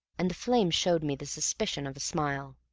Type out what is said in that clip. and the flame showed me the suspicion of a smile.